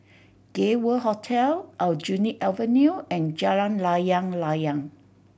Gay World Hotel Aljunied Avenue and Jalan Layang Layang